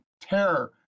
terror